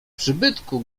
przybytku